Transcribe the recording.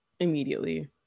immediately